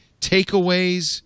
takeaways